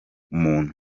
muntu